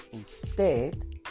usted